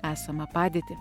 esamą padėtį